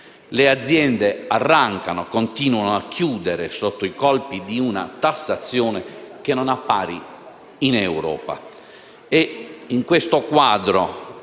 Le aziende arrancano e continuano a chiudere, sotto i colpi di una tassazione che non ha pari in Europa.